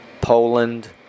Poland